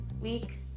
week